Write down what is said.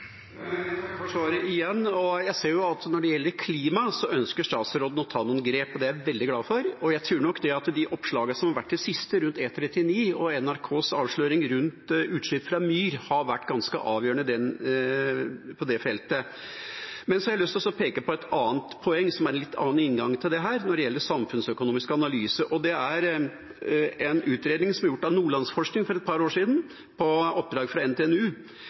Jeg takker igjen for svaret. Jeg ser jo at når det gjelder klima, ønsker statsråden å ta noen grep, og det er jeg veldig glad for. Jeg tror nok de oppslagene som har vært i det siste, rundt E39, og NRKs avsløring rundt utslipp fra myr har vært ganske avgjørende på det feltet. Men jeg har lyst til å peke på et annet poeng, som er en litt annen inngang til dette, når det gjelder samfunnsøkonomisk analyse. Det er en utredning som er gjort av Nordlandsforskning for et par år siden, på oppdrag fra NTNU,